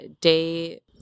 day